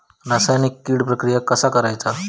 रासायनिक कीड प्रक्रिया कसा करायचा?